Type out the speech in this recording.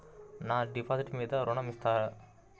నా డిపాజిట్ మీద ఋణం ఇస్తారా?